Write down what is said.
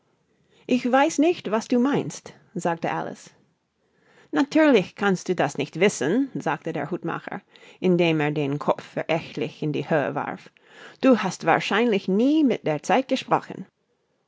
ich weiß nicht was du meinst sagte alice natürlich kannst du das nicht wissen sagte der hutmacher indem er den kopf verächtlich in die höhe warf du hast wahrscheinlich nie mit der zeit gesprochen